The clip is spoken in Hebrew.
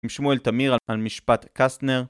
עם שמואל תמיר על משפט קסטנר